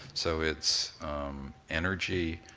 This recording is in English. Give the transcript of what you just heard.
so, it's energy,